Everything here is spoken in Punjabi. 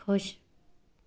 ਖੁਸ਼